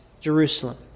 Jerusalem